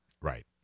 Right